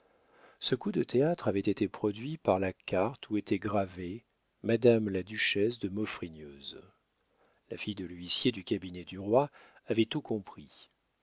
ce coup de théâtre avait été produit par la carte où était gravé madame la duchesse de maufrigneuse la fille de l'huissier du cabinet du roi avait tout compris